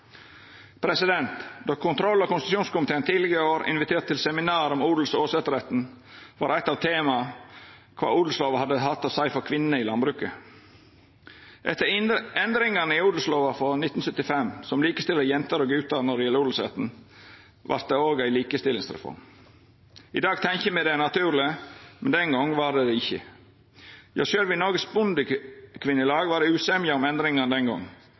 Då kontroll- og konstitusjonskomiteen tidlegare i år inviterte til seminar om odels- og åsetesretten, var eit av tema kva odelslova hadde hatt å seia for kvinnene i landbruket. Etter endringane i odelslova i 1974, som likestilte jenter og gutar når det gjeld odelsretten, vart det òg ei likestillingsreform. I dag tenkjer me det er naturleg, men den gongen var det ikkje det. Ja, sjølv i Noregs Bondekvinnelag var det usemje om endringa den